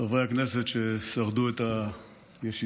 חברי הכנסת ששרדו את הישיבה,